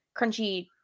crunchy